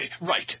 Right